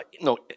No